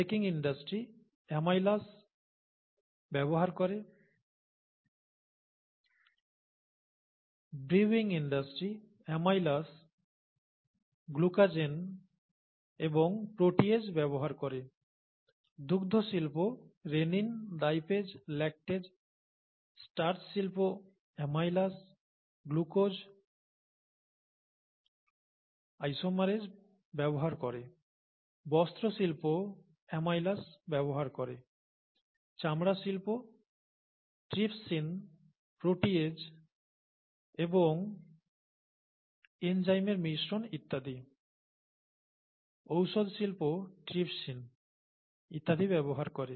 baking industry amylase ব্যবহার করে brewing industry amylase glucanase এবং প্রোটিএজ ব্যবহার করে দুগ্ধ শিল্প রেনিন লাইপেজ ল্যাকটেজ স্টার্চ শিল্প অ্যামাইলাস গ্লুকোজ আইসোমারেজ ব্যবহার করে বস্ত্র শিল্প অ্যামাইলাস ব্যবহার করে চামড়া শিল্প ট্রিপসিন প্রোটিএজ এবং এনজাইমের মিশ্রন ইত্যাদি ঔষধ শিল্প ট্রিপসিন ইত্যাদি ব্যবহার করে